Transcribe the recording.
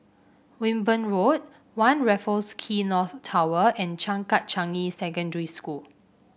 Wimborne Road One Raffles Quay North Tower and Changkat Changi Secondary School